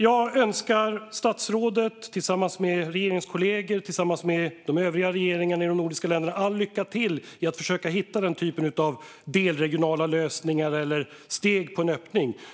Jag önskar statsrådet tillsammans med regeringskollegor och tillsammans med regeringarna i de övriga nordiska länderna all lycka till med att försöka hitta den typen av delregionala lösningar eller steg i en öppning.